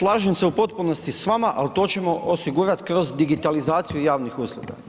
Slažem se u potpunosti s vama, al to ćemo osigurat kroz digitalizaciju javnih usluga.